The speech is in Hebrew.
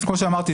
כמו שאמרתי,